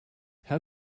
how